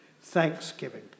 thanksgiving